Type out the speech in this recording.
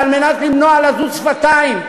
על מנת למנוע לזות שפתיים,